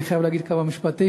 אני חייב להגיד כמה משפטים.